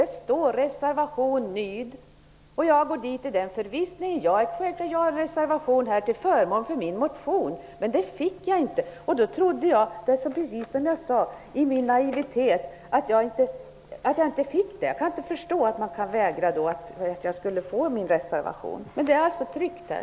Det står ''reservation '', och jag går dit i förvissningen att jag har en reservation till förmån för min motion. När jag inte hade det trodde jag i min naivitet att det skulle vara så. Men jag kan inte förstå det -- det står ju tryckt här!